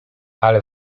ale